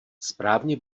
správně